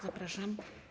Zapraszam.